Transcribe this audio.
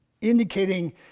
indicating